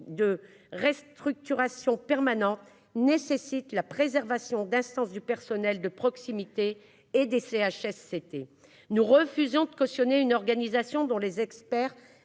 une restructuration permanente, nécessite la préservation d'instances de proximité et le maintien des CHSCT. Nous refusons de cautionner une organisation dont les experts